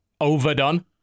overdone